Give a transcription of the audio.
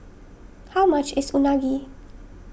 how much is Unagi